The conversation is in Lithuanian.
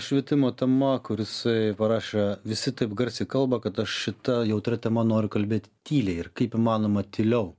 švietimo tema kur jisai parašė visi taip garsiai kalba kad aš šita jautria tema noriu kalbėt tyliai ir kaip įmanoma tyliau